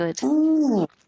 good